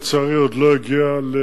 לצערי הדבר הזה עוד לא הגיע לפרקו.